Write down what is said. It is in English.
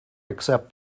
accept